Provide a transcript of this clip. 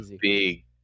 big